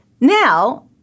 now